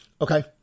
okay